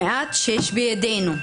המעט שיש בידינו,